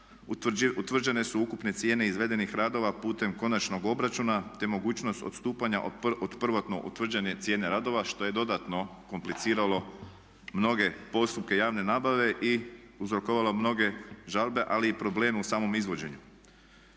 utvrđene su ukupne cijene izvedenih radova putem konačnog obračuna, te mogućnost odstupanja od prvotno utvrđene cijene radova što je dodatno kompliciralo mnoge postupke javne nabave i uzrokovalo mnoge žalbe, ali i probleme u samom izvođenju.